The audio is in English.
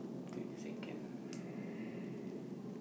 twenty second